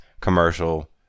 commercial